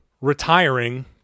retiring